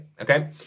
Okay